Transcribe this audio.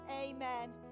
Amen